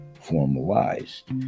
formalized